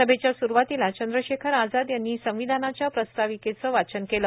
सभेच्या स्रुवातीला चंद्रशेखर आजाद यांनी संविधानाच्या प्रस्ताविकेचे वाचन केले